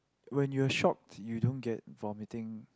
when you're shocked you don't get vomiting